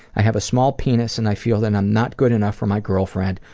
i have a small penis and i feel that i'm not good enough for my girlfriend,